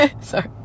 sorry